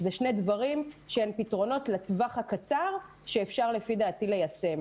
זה שני דברים שהם פתרונות לטווח הקצר שאפשר לפי דעתי ליישם.